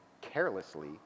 carelessly